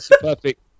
perfect